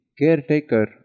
caretaker